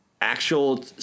actual